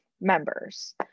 members